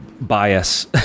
bias